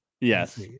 Yes